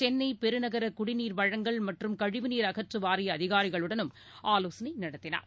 சென்னை பெருநகர குடிநீர் வழங்கல் மற்றும் கழிவுநீர் அகற்று வாரிய அதிகாரிகளுடனும் ஆவோசனை நடத்தியுள்ளார்